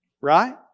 Right